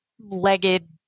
legged